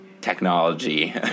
technology